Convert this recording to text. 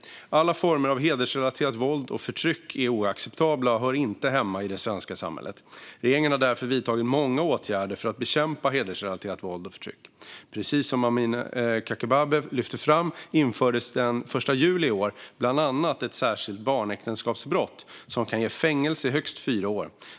Alla former av hedersrelaterat våld och förtryck är oacceptabla och hör inte hemma i det svenska samhället. Regeringen har därför vidtagit många åtgärder för att bekämpa hedersrelaterat våld och förtryck. Precis som Amineh Kakabaveh lyfter fram infördes det den 1 juli i år bland annat ett särskilt barnäktenskapsbrott som kan ge fängelse i högst fyra år.